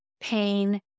pain